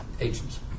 agents